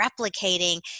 replicating